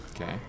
Okay